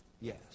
Yes